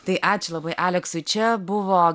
tai ačiū labai aleksui čia buvo